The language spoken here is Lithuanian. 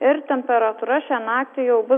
ir temperatūra šią naktį jau